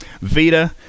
Vita